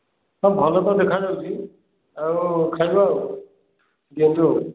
ହଁ ଭଲ ତ ଦେଖାଯାଉଛି ଆଉ ଖାଇବା ଆଉ ଦିଅନ୍ତୁ ଆଉ